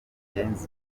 ry’umwuga